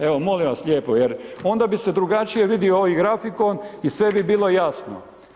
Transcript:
Evo, molim vas lijepo jer onda bi se drugačije vidio ovaj grafikon i sve bi bilo jasno.